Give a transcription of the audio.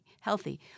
healthy